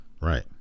Right